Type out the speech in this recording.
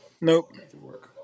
Nope